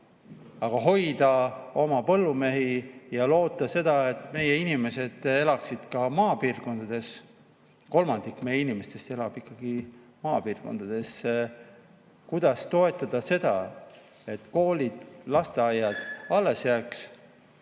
hoida oma põllumehi ja loota seda, et meie inimesed elaksid ka maapiirkondades. Kolmandik meie inimestest elab ikkagi maapiirkondades. Kuidas toetada seda, et koolid ja lasteaiad alles jääks,